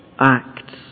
acts